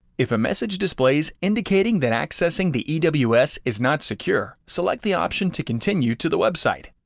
if a message displays indicating that accessing the ews is not secure, select the option to continue to the website.